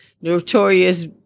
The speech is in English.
Notorious